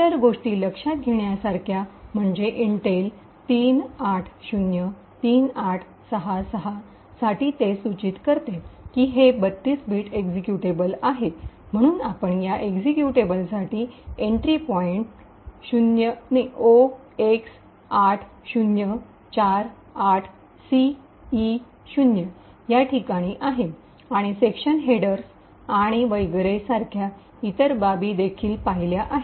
इतर गोष्टी लक्षात घेण्यासारख्या म्हणजे इंटेल ३८०३८६६ 38०3866 साठी ते सूचित करते की हे ३२ बिट एक्झिक्युटेबल आहे म्हणून आपण या एक्जीक्यूटेबलसाठी एंट्री पॉईंट ०x8048ce0 या ठिकाणी आहे आणि सेक्शन हेडर्स आणि वगैरे सारख्या इतर बाबीदेखील पाहिल्या आहेत